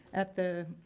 at the